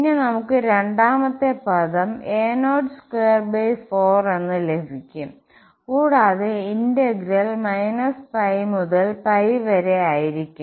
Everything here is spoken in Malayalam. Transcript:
പിന്നെ നമുക് രണ്ടാമത്തെ പദം a024എന്ന ലഭിക്കും കൂടാതെ ഇന്റഗ്രൽ മുതൽ വരെ ആയിരിക്കും